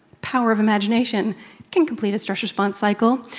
power of imagination can complete a stress response cycle.